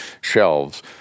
shelves